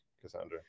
cassandra